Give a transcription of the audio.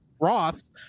Ross